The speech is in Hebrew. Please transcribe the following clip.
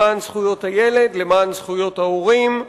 למען זכויות הילד, למען זכויות ההורים,